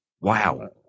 Wow